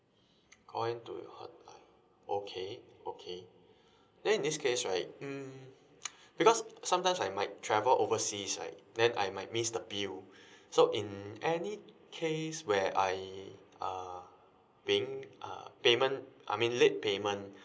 go into your hotline okay okay then this case right mm because sometimes I might travel overseas right then I might miss the bill so in any case where I uh being uh payment I mean late payment